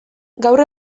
gaur